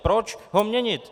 Proč ho měnit?